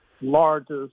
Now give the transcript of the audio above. largest